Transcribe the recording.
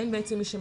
אין לה מחליפה.